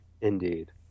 Indeed